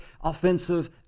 offensive